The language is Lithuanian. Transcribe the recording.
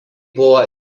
buvo